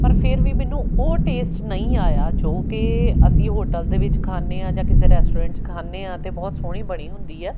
ਪਰ ਫਿਰ ਵੀ ਮੈਨੂੰ ਉਹ ਟੇਸਟ ਨਹੀਂ ਆਇਆ ਜੋ ਕਿ ਅਸੀਂ ਹੋਟਲ ਦੇ ਵਿੱਚ ਖਾਂਦੇ ਹਾਂ ਜਾਂ ਕਿਸੇ ਰੈਸਟੋਰੈਂਟ 'ਚ ਖਾਂਦੇ ਹਾਂ ਅਤੇ ਬਹੁਤ ਸੋਹਣੀ ਬਣੀ ਹੁੰਦੀ ਹੈ